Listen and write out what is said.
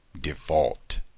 default